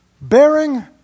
Bearing